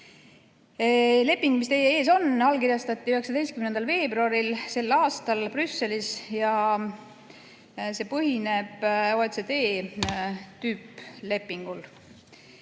Leping, mis teie ees on, allkirjastati k.a 19. veebruaril Brüsselis ja see põhineb OECD tüüplepingul.